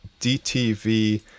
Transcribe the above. DTV